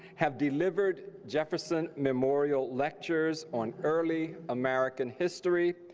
have delivered jefferson memorial lectures on early american history,